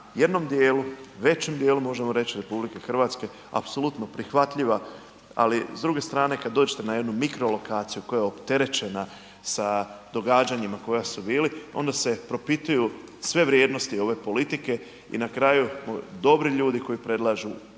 jednom dijelu, većem dijelu možemo reći RH apsolutno prihvatljiva, ali s druge strane kad dođe na jednu mikro lokaciju koja je opterećena sa događanjima koja su bili onda se propituju sve vrijednosti ove politike i na kraju dobri ljudi, koji predlažu